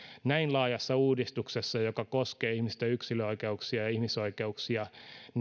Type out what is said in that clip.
näin laajassa uudistuksessa joka koskee ihmisten yksilönoikeuksia ja ihmisoikeuksia